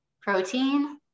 protein